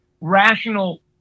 rational